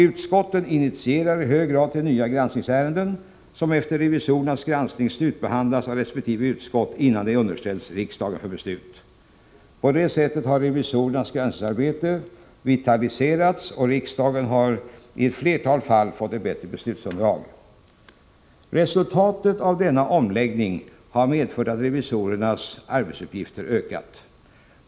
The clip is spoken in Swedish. Utskotten initierar i hög grad nya granskningsärenden, som efter revisorernas granskning slutbehandlas av resp. utskott innan de underställs riksdagen för beslut. På detta sätt har revisorernas granskningsarbete vitaliserats, och riksdagen har i ett flertal fall fått bättre beslutsunderlag. Resultatet av denna omläggning har medfört att revisorernas arbetsuppgifter ökat.